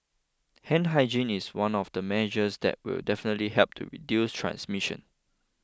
hand hygiene is one of the measures that will definitely help to reduce transmission